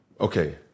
Okay